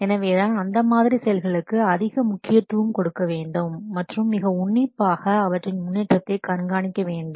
எனவே தான் அந்த மாதிரி செயல்களுக்கு அதிக முக்கியத்துவம் கொடுக்க வேண்டும் மற்றும் மிக உன்னிப்பாக அவற்றின் முன்னேற்றத்தை கண்காணிக்க வேண்டும்